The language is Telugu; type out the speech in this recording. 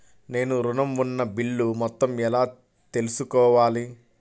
నేను ఋణం ఉన్న బిల్లు మొత్తం ఎలా తెలుసుకోవాలి?